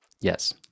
Yes